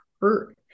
hurt